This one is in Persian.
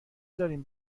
دارین